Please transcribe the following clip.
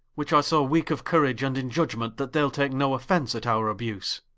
which are so weake of courage, and in iudgement, that they'le take no offence at our abuse